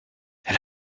elle